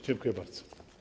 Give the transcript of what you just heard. Dziękuję bardzo.